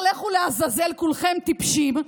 הוא אמר: "לכו לעזאזל כולכם, טיפשים".